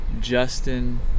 Justin